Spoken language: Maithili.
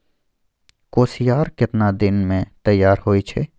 कोसियार केतना दिन मे तैयार हौय छै?